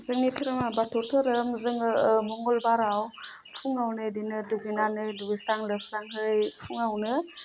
जोंनि धोरोमा बाथौ धोरोम जोङो मंगलबाराव फुङावनो बिदिनो दुगैनानै दुगैस्रां लोबस्राङै फुङावनो